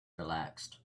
relaxed